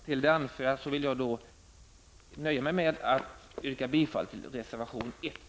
Med det anförda yrkar jag bifall till reservation 1.